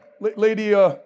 Lady